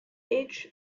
each